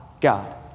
God